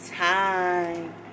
Time